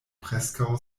preskaŭ